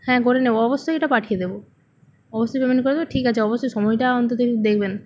হ্যাঁ করে নেব অবশ্যই ওটা পাঠিয়ে দেব অবশ্যই পেমেন্ট করে দেব ঠিক আছে অবশ্যই সময়টা অন্তত আপনি দেখবেন